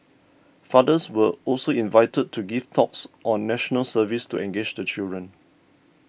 fathers were also invited to give talks on National Service to engage the children